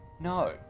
no